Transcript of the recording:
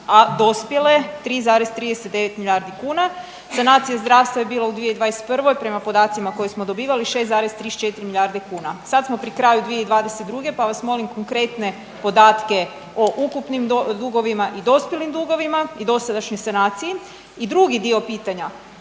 a dospjele 3,39 milijardi kuna. Sanacija zdravstva je bila u 2021. prema podacima koje smo dobivali 6,34 milijarde kuna. Sad smo pri kraju 2022. pa vas molim konkretne podatke o ukupnim dugovima i dospjelim dugovima i dosadašnjoj sanaciji. I drugi dio pitanja